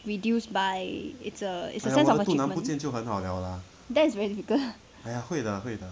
reduced by it's a it's a sense of achievement that's very difficult